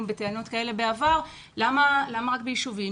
בטענות כאלה בעבר ויטענו למה רק ביישובים.